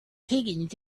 higgins